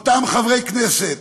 אותם חברי כנסת